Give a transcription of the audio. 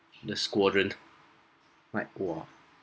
the squadron like !wah!